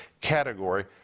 category